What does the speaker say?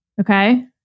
Okay